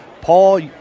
paul